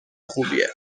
خوبیه